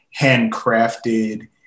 handcrafted